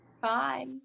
Bye